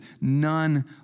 none